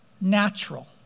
natural